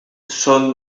son